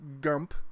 gump